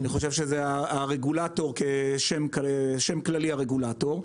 כשם כללי, הרגולטור.